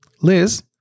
Liz